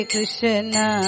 Krishna